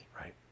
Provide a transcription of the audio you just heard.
Right